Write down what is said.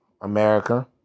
America